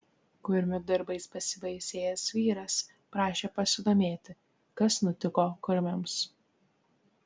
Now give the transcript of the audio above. kurmių darbais pasibaisėjęs vyras prašė pasidomėti kas nutiko kurmiams